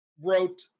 wrote